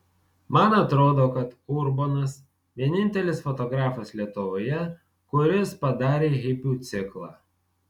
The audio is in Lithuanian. man atrodo kad urbonas vienintelis fotografas lietuvoje kuris padarė hipių ciklą